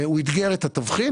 את התבחין.